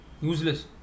useless